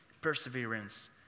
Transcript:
Perseverance